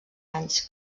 anys